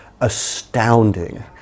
astounding